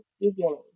beginning